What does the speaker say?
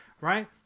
Right